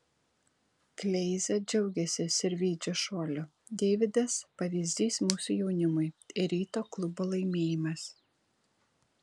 kleiza džiaugiasi sirvydžio šuoliu deividas pavyzdys mūsų jaunimui ir ryto klubo laimėjimas